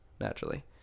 naturally